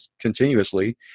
continuously